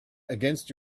against